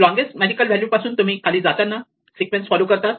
largest magical value पासून तुम्ही खाली जाताना तुम्ही सिक्वेन्स फॉलो करतात